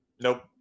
Nope